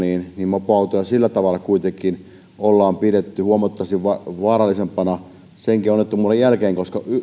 mopoautoja sillä tavalla kuitenkin ollaan pidetty huomattavasti vaarallisempana senkin onnettomuuden jälkeen koska